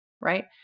right